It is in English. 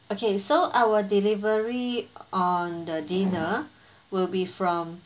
okay so our delivery on the dinner will be from